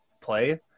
play